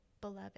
beloved